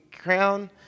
crown